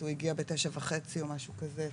הוא הגיע בתשע וחצי או משהו כזה,